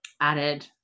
added